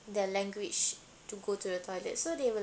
their language to go to the toilet so they will